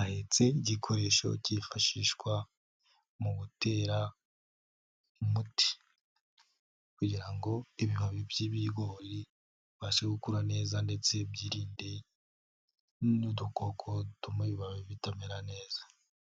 ahetse igikoresho cyifashishwa mu gutera umuti, kugira ngo ibibabi by'ibigoribashe gukura neza ndetse byirinde n'udukoko dutuma ibibabi bitamera neza.